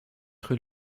rue